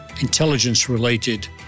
intelligence-related